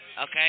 okay